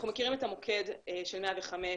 אנחנו מכירים את המוקד של 105,